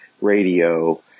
radio